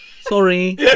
Sorry